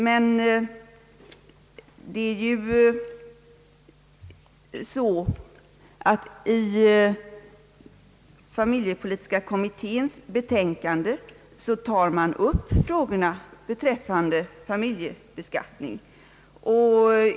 Men i familjepolitiska kommitténs betänkande tar man ju upp frågorna beträffande familjebeskattningen.